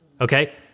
Okay